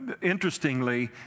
Interestingly